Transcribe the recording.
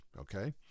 okay